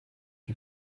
you